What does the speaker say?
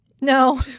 No